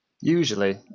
Usually